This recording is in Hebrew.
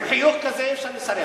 עם חיוך כזה אי-אפשר לסרב.